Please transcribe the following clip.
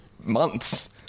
months